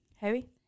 heavy